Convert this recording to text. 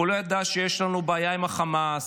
הוא לא ידע שיש לנו בעיה עם חמאס,